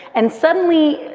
and suddenly,